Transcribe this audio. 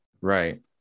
Right